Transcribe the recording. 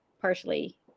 partially